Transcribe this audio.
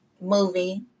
movie